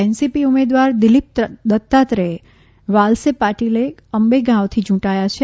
NCP ઊમેદવાર દિલિપ દત્રાદેય વાલસે પાટીલએ અંબે ગાવથી યૂંટાયા છે